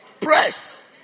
Press